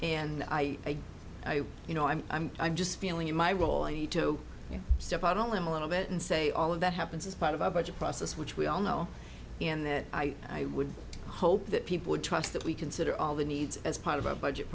and i you know i'm i'm i'm just feeling in my role i need to step out only i'm a little bit and say all of that happens as part of our budget process which we all know in the i would hope that people would trust that we consider all the needs as part of our budget